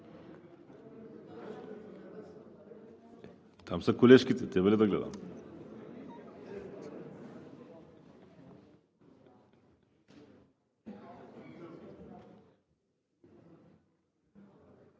Там са колежките. Теб ли да гледам?